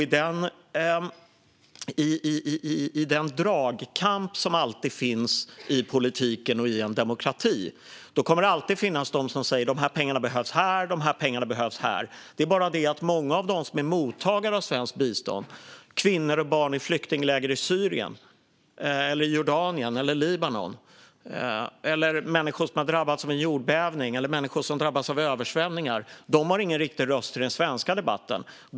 I den dragkamp som alltid finns i politiken och i en demokrati kommer det alltid att finnas de som säger att de här pengarna behövs här eller där. Det är bara det att många av dem som är mottagare av svenskt bistånd - kvinnor och barn i flyktingläger i Syrien, Jordanien eller Libanon, människor som har drabbats av jordbävningar eller människor som har drabbats av översvämningar - inte har någon riktig röst i den svenska debatten.